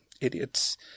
idiots